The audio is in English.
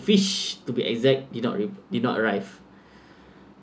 fish to be exact did not did not arrive